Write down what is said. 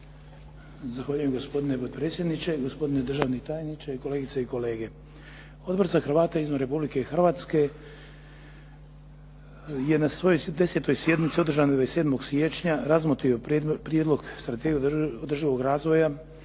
Zahvaljujem gospodine predsjedniče. Gospodine državni tajniče, kolegice i kolege. Odbor za Hrvate izvan Republike Hrvatske je na svojoj 10. sjednici održanoj 27. siječnja razmotrio prijedlog Strategije održivog razvoja